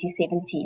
2017